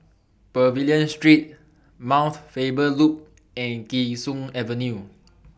Pavilion Street Mount Faber Loop and Kee Sun Avenue